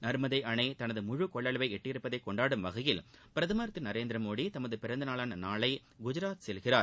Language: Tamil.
நர்மதை அணை தனது முழு கொள்ளளவை எட்டியுள்ளதை கொண்டாடும் வகையில் பிரதமர் திரு நரேந்திரமோடி தமது பிறந்தநாளான நாளை குஜராத் செல்கிறார்